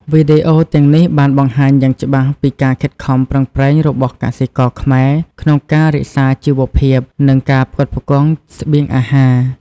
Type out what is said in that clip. វីដេអូទាំងនេះបានបង្ហាញយ៉ាងច្បាស់ពី ការខិតខំប្រឹងប្រែងរបស់កសិករខ្មែរ ក្នុងការរក្សាជីវភាព និងការផ្គត់ផ្គង់ស្បៀងអាហារ។